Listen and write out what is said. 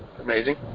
amazing